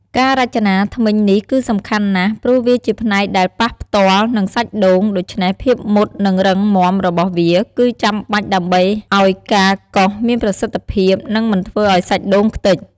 ការរចនាធ្មេញនេះគឺសំខាន់ណាស់ ព្រោះវាជាផ្នែកដែលប៉ះផ្ទាល់នឹងសាច់ដូង ដូច្នេះភាពមុត និងរឹងមាំរបស់វាគឺចាំបាច់ដើម្បីឱ្យការកោសមានប្រសិទ្ធភាព និងមិនធ្វើឱ្យសាច់ដូងខ្ទេច។